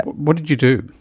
what did you do?